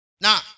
Now